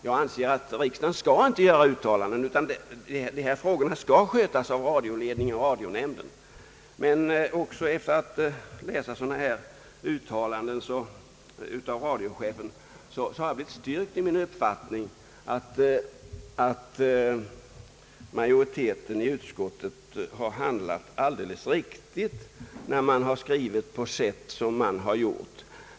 Jag anser att riksdagen inte skall göra uttalanden i dessa frågor, utan de skall skötas av radioledningen och radionämnden. Men också radiochefens uttalande har styrkt mig i min uppfattning, att majoriteten i utskottet har handlat alldeles riktigt när den har skrivit på sätt som den har gjort.